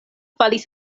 falas